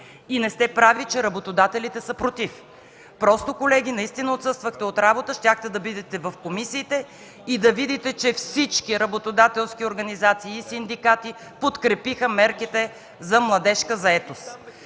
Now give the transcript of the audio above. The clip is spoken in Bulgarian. Не сте прави, че работодателите са против. Колеги, наистина отсъствахте от работа, иначе щяхте да бъдете в комисиите и да видите, че всички работодателски организации и синдикати подкрепиха мерките за младежка заетост